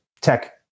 tech